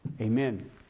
amen